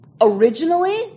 Originally